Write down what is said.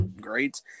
great